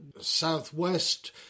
southwest